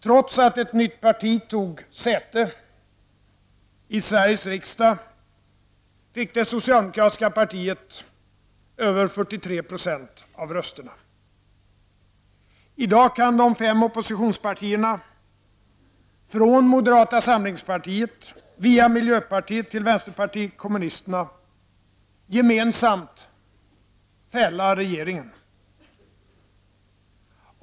Trots att ett nytt parti tog säte i Sveriges riksdag fick det socialdemokratiska partiet över 43 90 av rösterna. I dag kan de fem oppositionspartierna, från moderata samlingspartiet via miljöpartiet till vänsterpartiet kommunisterna, gemensamt fälla regeringen.